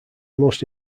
most